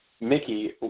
Mickey